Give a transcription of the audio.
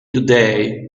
today